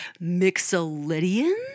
mixolydian